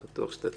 אני בטוח שתצליחי.